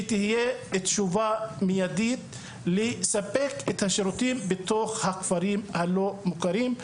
לתשובה מיידית שתאפשר לספק את השירותים בתוך הכפרים הלא מוכרים.